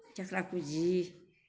थेख्ला खुजि